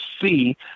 see